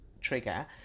trigger